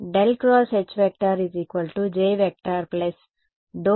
కాబట్టి ∇× HJ ∂D∂t